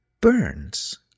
burns